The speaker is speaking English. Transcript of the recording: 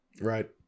right